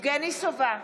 יבגני סובה,